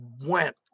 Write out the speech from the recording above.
went